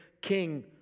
king